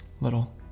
little